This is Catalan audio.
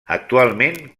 actualment